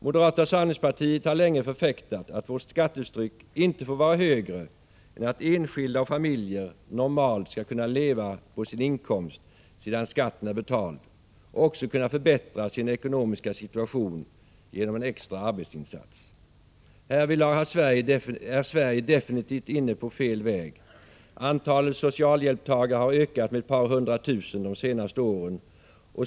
Moderata samlingspartiet har länge förfäktat att vårt skattetryck inte får vara högre än att enskilda och familjer normalt skall kunna leva på sin inkomst sedan skatten är betald och också kunna förbättra sin ekonomiska situation genom en extra arbetsinsats. Härvidlag är Sverige definitivt inne på fel väg. Antalet socialhjälptagare har ökat med ett par hundra tusen de senaste åren.